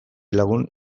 lagun